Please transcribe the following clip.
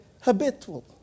habitual